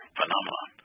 phenomenon